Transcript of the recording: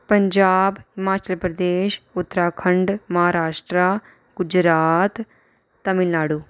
Punjab Himachal Pradesh Uttarakhand Maharashtra Gujarat Tamil Nadu